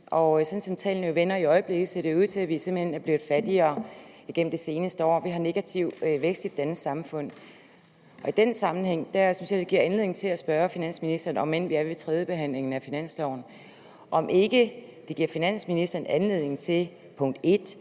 Og sådan som tallene er i øjeblikket, ser det ud til, at vi simpelt hen er blevet fattigere igennem det seneste år. Vi har negativ vækst i det danske samfund. I den sammenhæng synes jeg det giver anledning til at spørge finansministeren, om end vi er ved tredjebehandlingen af finanslovforslaget, om ikke det giver finansministeren anledning til, punkt 1,